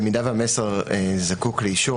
במידה והמסר זקוק לאישור,